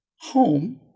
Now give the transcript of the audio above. home